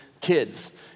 kids—